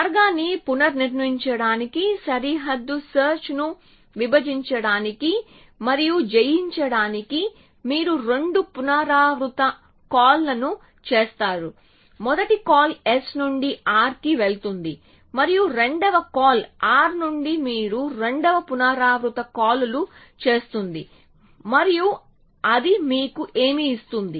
మార్గాన్ని పునర్నిర్మించడానికి సరిహద్దు సెర్చ్ ను విభజించడానికి మరియు జయించడానికి మీరు రెండు పునరావృత కాల్లను చేస్తారు మొదటి కాల్ S నుండి R కి వెళుతుంది మరియు రెండవ కాల్ R నుండి మీకు రెండు పునరావృత కాల్లు చేస్తుంది మరియు అది మీకు ఏమి ఇస్తుంది